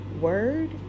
word